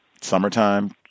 Summertime